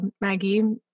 Maggie